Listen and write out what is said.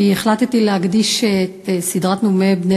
כי החלטתי להקדיש את סדרת הנאומים בני